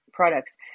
products